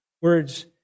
Words